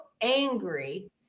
angry